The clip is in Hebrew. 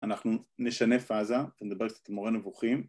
אנחנו נשנה פאזה, נדבר קצת על מורה נבוכים